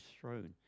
throne